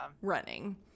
running